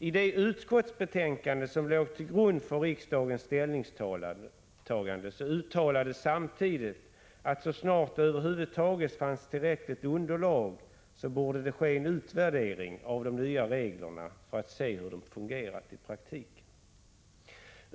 I det utskottsbetänkande som låg till grund för riksdagens ställningstagande uttalades samtidigt att så snart det över huvud taget fanns tillräckligt underlag borde en utvärdering ske av de nya reglerna för att se hur de fungerat i praktiken.